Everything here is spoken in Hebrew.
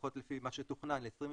לפחות לפי מה שתוכנן, ל-23%,